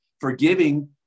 forgiving